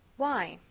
why,